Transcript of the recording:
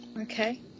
Okay